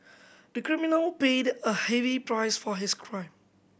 the criminal paid a heavy price for his crime